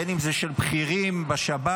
בין שזה של בכירים בשב"ס.